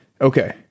Okay